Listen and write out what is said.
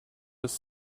was